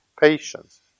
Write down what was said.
patience